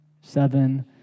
seven